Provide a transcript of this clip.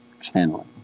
channeling